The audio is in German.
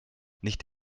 nicht